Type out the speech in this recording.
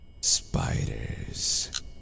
Spiders